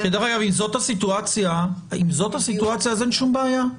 דרך אגב, אם זאת הסיטואציה, אז אין שום בעיה.